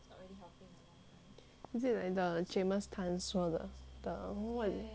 is it like the jamus tan 说的 government